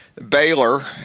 Baylor